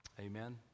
amen